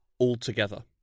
altogether